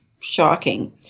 shocking